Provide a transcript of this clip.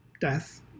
death